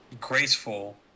graceful